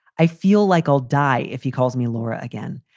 i feel like i'll die if he calls me laura again.